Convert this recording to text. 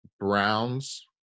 Browns